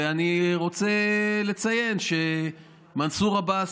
ואני רוצה לציין שמנסור עבאס,